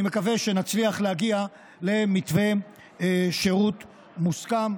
אני מקווה שנצליח להגיע למתווה שירות מוסכם.